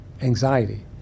anxiety